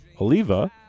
Oliva